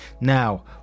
Now